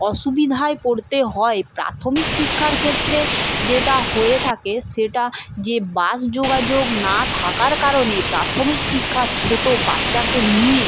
অসুবিধায় পড়তে হয় প্রাথমিক শিক্ষার ক্ষেত্রে যেটা হয়ে থাকে সেটা যে বাস যোগাযোগ না থাকার কারণে প্রাথমিক শিক্ষা ছোটো বাচ্চাকে নিয়ে